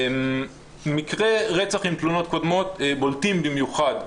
מקרי רצח עם תלונות קודמות בולטים במיוחד,